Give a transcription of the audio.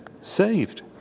saved